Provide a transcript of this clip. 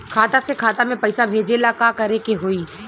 खाता से खाता मे पैसा भेजे ला का करे के होई?